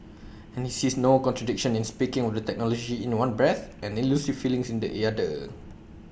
and he sees no contradiction in speaking of technology in one breath and elusive feelings in the other